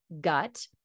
gut